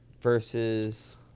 versus